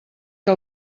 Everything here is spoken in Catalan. que